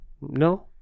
no